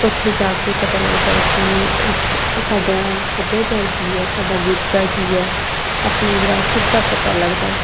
ਉੱਥੇ ਜਾ ਕੇ ਪਤਾ ਲੱਗਦਾ ਹੈ ਕਿ ਆਪ ਸਾਡਾ ਸੱਭਿਆਚਾਰ ਕੀ ਹੈ ਸਾਡਾ ਵਿਰਸਾ ਕੀ ਆ ਆਪਣੇ ਵਿਰਾਸਤ ਦਾ ਪਤਾ ਲੱਗਦਾ